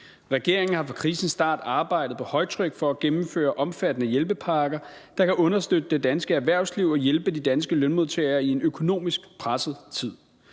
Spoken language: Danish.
Regeringen har fra krisens start arbejdet på højtryk for at gennemføre omfattende hjælpepakker, der kan understøtte det danske erhvervsliv og hjælpe de danske lønmodtagere i en økonomisk presset tid.